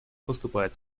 поступает